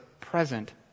present